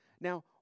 Now